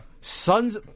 Sons